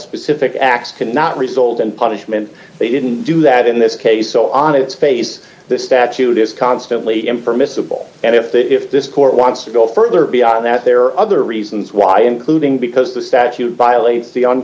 specific acts can not resold and punishment they didn't do that in this case so on its face the statute is constantly in for miscible and if the if this court wants to go further beyond that there are other reasons why including because the statute violates the on